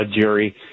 jerry